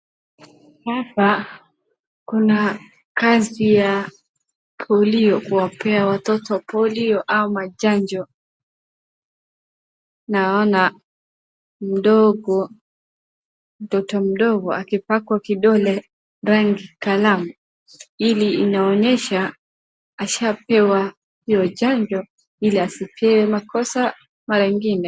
Hapa kuna kazi ya kuwapea watoto Polio ama chanjo, naona mtoto mdogo akipakwa kidole rangi kalamu, ili inaonyesha ashapewa hiyo chanjo, ili asipewe makosa saa ingine.